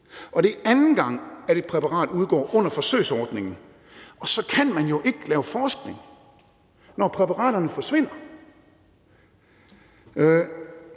Det er anden gang, at et præparat udgår under forsøgsordningen, og så kan man jo ikke lave forskning, altså når præparaterne forsvinder.